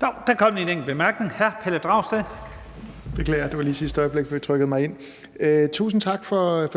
tak for